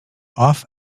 off